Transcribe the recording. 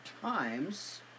times